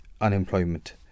unemployment